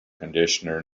conditioner